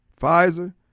Pfizer